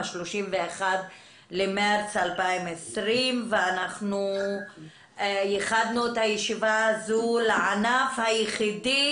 31 במרץ 2020. ייחדנו את הישיבה הזו לענף היחידי